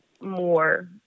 more